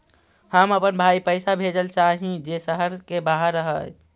हम अपन भाई पैसा भेजल चाह हीं जे शहर के बाहर रह हे